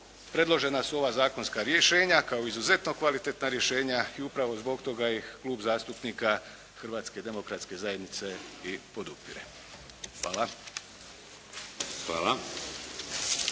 predložena su ova zakonska rješenja kao izuzetno kvalitetna rješenja i upravo zbog toga ih Klub zastupnika Hrvatske demokratske zajednice i podupire. Hvala.